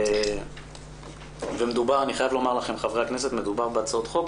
מדובר בהצעות חוק